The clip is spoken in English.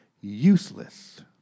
useless